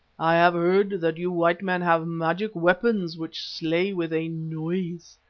i have heard that you white men have magic weapons which slay with a noise.